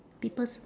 people s~